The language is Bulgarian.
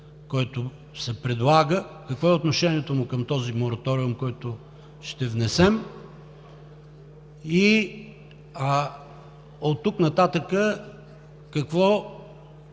който се предлага, какво е отношението му към този мораториум, който ще внесем, и оттук нататък какво